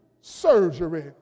surgery